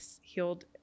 healed